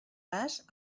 vas